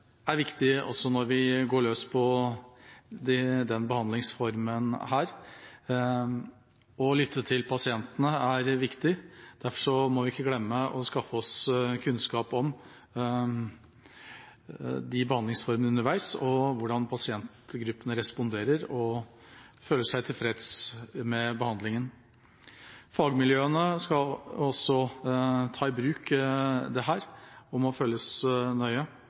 er viktig også når vi går løs på denne behandlingsformen. Å lytte til pasientene er viktig. Derfor må vi ikke glemme å skaffe oss kunnskap om behandlingsformene underveis, om hvordan pasientgruppene responderer, og om de føler seg tilfreds med behandlingen. Fagmiljøene skal også ta i bruk dette og må følges nøye.